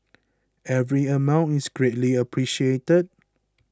every amount is greatly appreciated